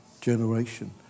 generation